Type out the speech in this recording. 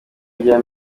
rya